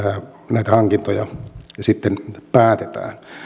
näitä hankintoja päätetään